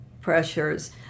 pressures